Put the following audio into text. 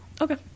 Okay